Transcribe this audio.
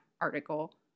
article